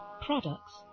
products